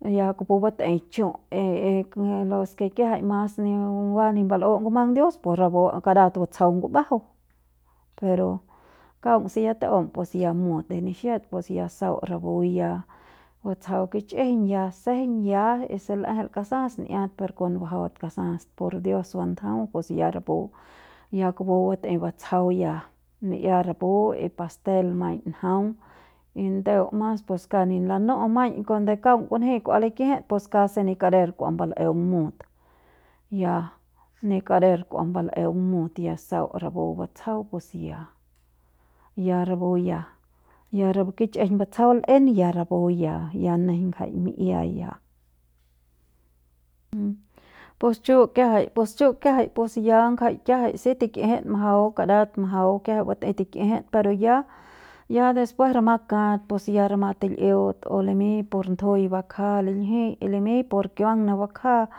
ya kupu bat'ei chu' y y y kujui los ke kiajai mas ba ni mbal'u ngumang dios pus rapu karat batsjau ngumbajau pero kaung se ya taum pus ya mut pus de nixets pus ya sau rapu ya batsjau kich'ijiñ ya sejeiñ ya y se l'jeil kasas n'iat per kon bajaut kasas pur dios bandajau pus ya rapu ya kupu bat'ei batsajau ya mi'ia rapu y pastel maiñ njaung y ndeu mas pus kauk ni lanu'u maiñ kuande kauk kunji kua likijit pus kasi nin kanen kua mbal'eung mut ya ni kader kua mbal'eung mut ya sau rapu batsjau pus ya rapu ya, ya rapu kich'ijiñ batsjau l'en ya rapu ya, ya nejeiñ ngjai mi'ia ya pus chu' kiajai pus chu' kiajai ya ngja kiajai si tikijit majau kadat majau kiajai bat'ei tikijit pero ya ya después rama kat pus ya rama til'iut o limiñ por ndujuiñ bakja liljiñ y limiñ por kiuang ne bakja.